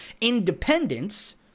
Independence